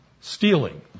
stealing